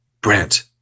Brent